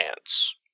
ants